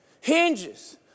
hinges